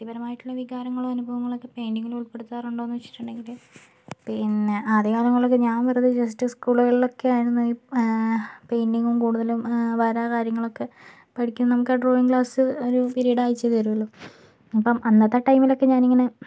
എൻ്റെ വ്യക്തിപരമായിട്ടുള്ള വികാരങ്ങളും അനുഭവങ്ങളൊക്കെ പെയിൻറിങ് ഉൾപ്പെടുത്താറുണ്ടോ എന്ന് ചോദിച്ചിട്ടുണ്ടെങ്കിൽ പിന്നെ അധികം ആളുകളോടും ഞാൻ വെറുതെ ജസ്റ്റ് സ്കൂളുകളിൽ ഒക്കെ ആയിരുന്നു പെയിന്റിങ്ങും കൂടുതലും വര കാര്യങ്ങളൊക്കെ പഠിക്കാൻ നമുക്ക് ഡ്രോയിങ് ക്ലാസ് പിരീഡ് ആഴ്ചയിൽ ഒരിക്കൽ വരുമല്ലൊ അപ്പം അന്നത്തെ ടൈമിൽ ഒക്കെ ഞാൻ ഇങ്ങനെ